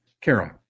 Carol